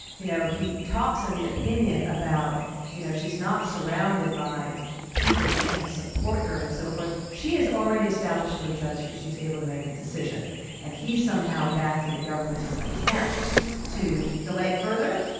you know he talks on the opinion about you know she's not surrounded by people who can support her and so forth. she has already established to a judge that she's able to make the decision and he's somehow backing the government's attempt to delay it further,